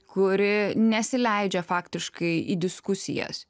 kuri nesileidžia faktiškai į diskusijas